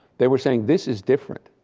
they were saying this is different,